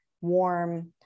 warm